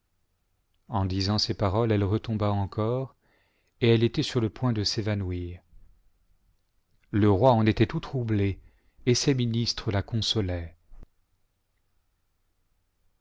en disant ces paroles elle retomba encore et elle était sur le point de s'évanouir le roi en était tout troublé et sca ministres la consolaient